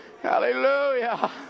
Hallelujah